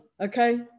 okay